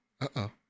uh-oh